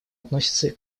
относится